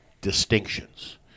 distinctions